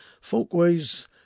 Folkways